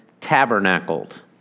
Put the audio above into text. Tabernacled